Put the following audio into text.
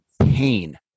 pain